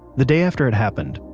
the day after it happened,